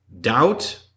doubt